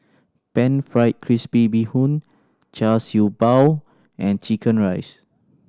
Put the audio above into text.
Pan Fried Crispy Bee Hoon Char Siew Bao and chicken rice